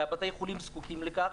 ובתי החולים זקוקים לכך,